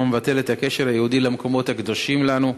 המבטלת את הקשר היהודי למקומות הקדושים לנו,